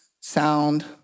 sound